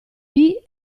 sui